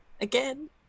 Again